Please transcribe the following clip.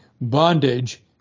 bondage